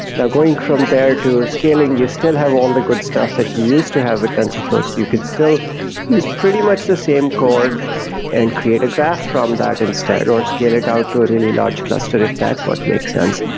now going from there to scaling, you still have all the good stuff that you used to have at tensorflow, so you can still use pretty much the same cord and create a graph from that instead, or scale it out to a really large cluster if that's what makes sense.